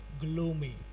gloomy